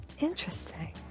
Interesting